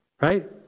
Right